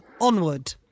Onward